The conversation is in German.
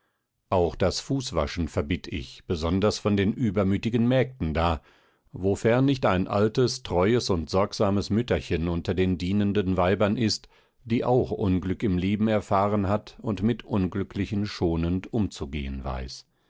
auch das fußwaschen verbitt ich besonders von den übermütigen mägden da wofern nicht ein altes treues und sorgsames mütterchen unter den dienenden weibern ist die auch unglück im leben erfahren hat und mit unglücklichen schonend umzugehen weiß